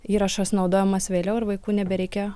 įrašas naudojamas vėliau ir vaikų nebereikia